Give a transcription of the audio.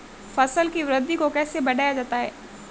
फसल की वृद्धि को कैसे बढ़ाया जाता हैं?